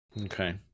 Okay